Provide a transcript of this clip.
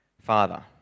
father